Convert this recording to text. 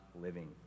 living